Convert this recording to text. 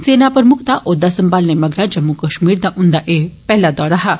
सेना प्रमुक्ख दा औहदा संभालने मगरा जम्मू कश्मीर दा उन्दा पैहला दौरा हा